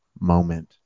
moment